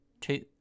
two